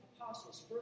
apostles